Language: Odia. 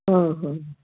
ହଁ ହଁ